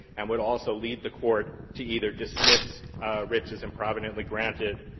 and would also lead the court to either dismiss writs as improvidently granted